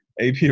AP